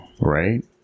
right